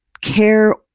care